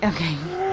Okay